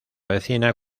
vecina